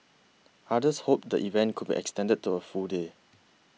others hoped the event could be extended to a full day